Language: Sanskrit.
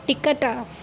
टिकटा